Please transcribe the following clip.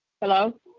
Hello